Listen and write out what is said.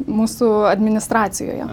mūsų administracijoje